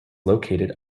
located